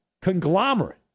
conglomerate